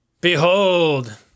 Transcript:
Behold